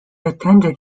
attended